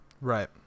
Right